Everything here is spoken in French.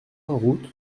route